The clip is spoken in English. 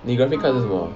你 graphics card 是什么